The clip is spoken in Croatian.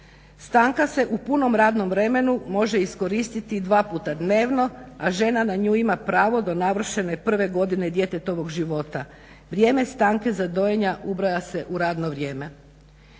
Stanka se u punom radnom vremenu može iskoristiti dva puta dnevno, a žena na nju ima pravo do navršene prve godine djetetovog života. Vrijeme stanke za dojenja ubraja se u radno vrijeme.